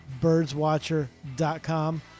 birdswatcher.com